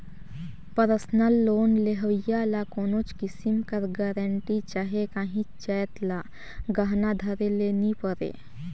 personal loan लेहोइया ल कोनोच किसिम कर गरंटी चहे काहींच जाएत ल गहना धरे ले नी परे